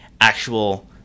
actual